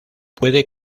puede